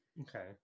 Okay